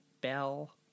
bell